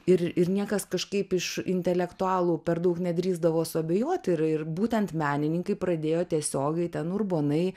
ir ir niekas kažkaip iš intelektualų per daug nedrįsdavo suabejot ir ir būtent menininkai pradėjo tiesiogiai ten urbonai